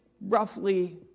roughly